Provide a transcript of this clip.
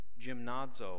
gymnazo